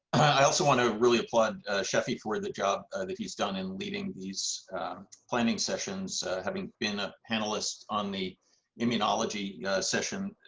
i also want to really applaud sheffy for the job he's done and leading this planning sessions having been a panelist on the immunology session,